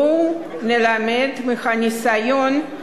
בואו נלמד מהניסיון של